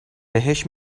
بهش